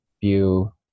view